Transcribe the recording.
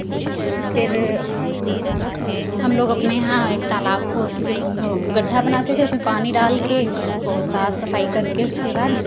उसके फिर हम हम लोग पाने यहाँ एक तालाब खोद गड्ढा बनाते थे उसमें पानी डाल के वो साफ़ सफाई करके उसके बाद